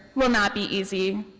will not be easy.